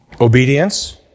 obedience